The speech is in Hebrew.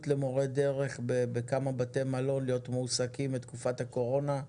למורי דרך להיות מועסקים בכמה בתי מלון למשך תקופת הקורונה.